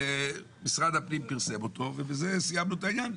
משרד הפנים פרסם אותו ובזה סיימנו את העניין.